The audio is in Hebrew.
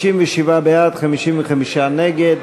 בעד, 55 נגד.